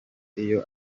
iyo